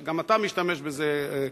גם אתה משתמש בזה,